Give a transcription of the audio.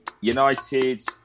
United